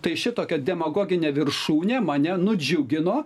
tai šitokia demagoginė viršūnė mane nudžiugino